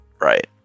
right